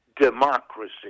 democracy